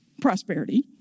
Prosperity